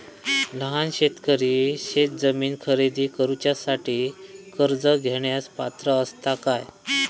लहान शेतकरी शेतजमीन खरेदी करुच्यासाठी कर्ज घेण्यास पात्र असात काय?